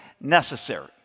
necessary